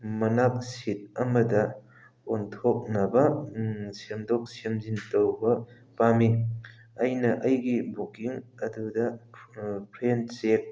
ꯃꯅꯥꯛ ꯁꯤꯠ ꯑꯃꯗ ꯑꯣꯟꯊꯣꯛꯅꯕ ꯁꯦꯝꯗꯣꯛ ꯁꯦꯝꯖꯤꯟ ꯇꯧꯕ ꯄꯥꯝꯃꯤ ꯑꯩꯅ ꯑꯩꯒꯤ ꯕꯨꯛꯀꯤꯡ ꯑꯗꯨꯗ ꯐ꯭ꯔꯦꯟ ꯆꯦꯛ